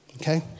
Okay